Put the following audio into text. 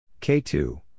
K2